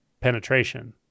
penetration